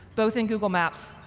both in google maps,